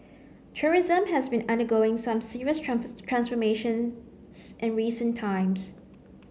tourism has been undergoing some serious transformation in recent times